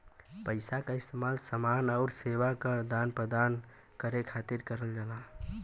पइसा क इस्तेमाल समान आउर सेवा क आदान प्रदान खातिर करल जाला